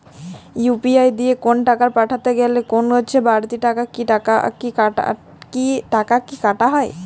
UPI দিয়ে কোন টাকা পাঠাতে গেলে কোন বারতি টাকা কি কাটা হয়?